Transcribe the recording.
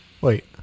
Wait